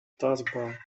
taskbar